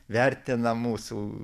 vertina mūsų